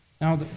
Now